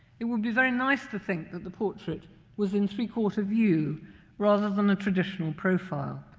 it would be very nice to think that the portrait was in three-quarter view rather than a traditional profile,